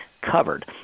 covered